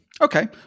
okay